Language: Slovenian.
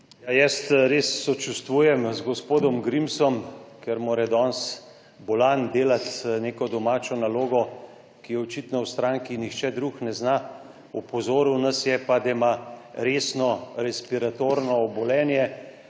Jaz res sočustvujem z gospodom Grimsom, ker mora danes bolan delati neko domačo nalogo, ki je očitno v stranki nihče drug ne zna. Opozoril nas je pa, da ima resno respiratorno obolenje.